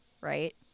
right